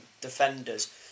defenders